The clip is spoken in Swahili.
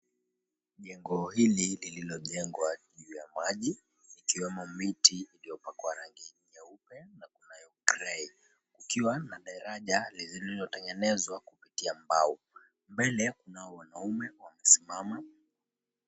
Jengo hili lililojengwa juu ya maji ikiwemo miti iliyopakwa rangi nyeupe na kunayo grey kukiwa na daraja lililotengenezwa kupitia mbao. Mbele kuna wanaume wamesimama.